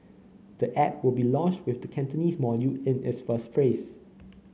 the app will be launched with the Cantonese module in its first phase